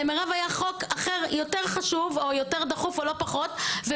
היה למירב חוק אחר לא פחות דחוף,